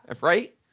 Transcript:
Right